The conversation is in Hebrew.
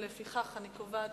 ולפיכך אני קובעת